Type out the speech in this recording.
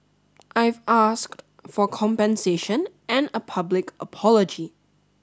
I've asked for compensation and a public apology